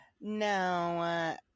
No